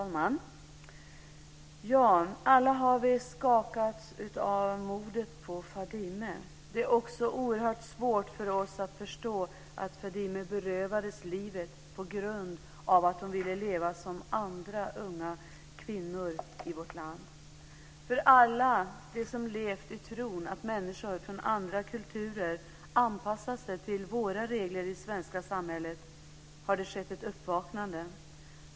Herr talman! Alla har vi skakats av mordet på Fadime. Det är också oerhört svårt för oss att förstå att Fadime berövades livet på grund av att hon ville leva som andra unga kvinnor i vårt land. För alla de som levt i tron att människor från andra kulturer anpassat sig till våra regler i det svenska samhället har det skett ett uppvaknande.